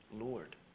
Lord